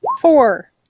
Four